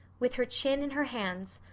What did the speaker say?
with her chin in her hands,